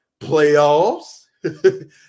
playoffs